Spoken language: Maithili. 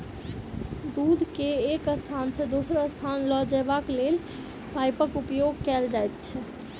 दूध के एक स्थान सॅ दोसर स्थान ल जयबाक लेल पाइपक उपयोग कयल जाइत छै